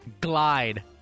glide